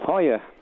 Hiya